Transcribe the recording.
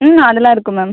ம் அதெலாம் இருக்குது மேம்